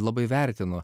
labai vertinu